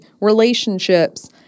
relationships